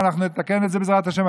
ואנחנו נתקן את זה בעזרת השם,